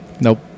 Nope